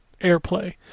AirPlay